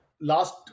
last